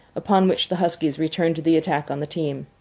upon which the huskies returned to the attack on the team.